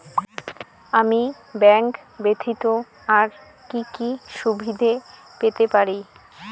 আমি ব্যাংক ব্যথিত আর কি কি সুবিধে পেতে পারি?